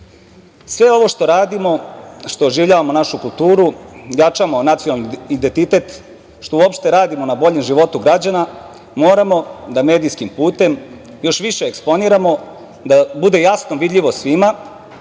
SNS.Sve ovo što radimo, što oživljavamo našu kulturu, jačamo nacionalni identitet, što uopšte radimo na boljem životu građana, moramo da medijskim putem još više eksponiramo, da bude jasno vidljivo svima,